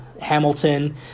Hamilton